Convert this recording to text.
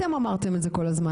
אתם אמרתם את זה כל הזמן.